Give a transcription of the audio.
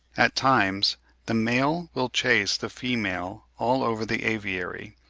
at times the male will chase the female all over the aviary,